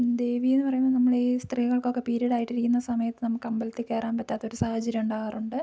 ദേവിയെന്ന് പറയുമ്പോൾ നമ്മളീ സ്ത്രീകൾക്കൊക്കെ പീരിയഡ് ആയിട്ടിരിക്കുന്ന സമയത്ത് നമുക്ക് അമ്പലത്തിൽ കയറാൻ പറ്റാത്ത ഒരു സാഹചര്യം ഉണ്ടാവാറുണ്ട്